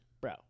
Bro